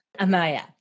Amaya